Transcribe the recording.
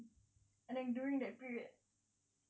and then during that period